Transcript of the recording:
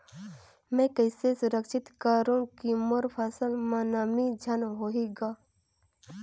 मैं कइसे सुरक्षित करो की मोर फसल म नमी झन होही ग?